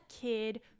kid